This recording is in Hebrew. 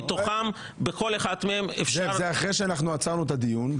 זה אחרי שאנחנו עצרנו את הדיון.